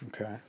Okay